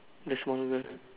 the small girl